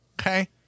Okay